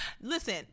Listen